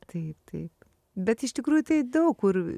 taip taip bet iš tikrųjų tai daug kur